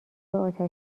آتش